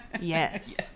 Yes